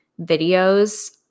videos